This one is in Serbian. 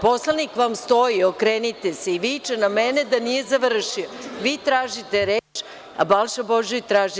Poslanik vam stoji, okrenite se i viče na mene da nije završio, a vi tražite reč, a Balša Božović traži